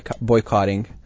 boycotting